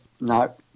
no